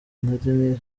nari